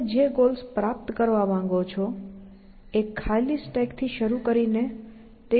તમે જે ગોલ્સ પ્રાપ્ત કરવા માંગો છો એક ખાલી સ્ટેકથી શરૂ કરીને તે સ્ટેક ના ટોપ પર પુશ કરે છે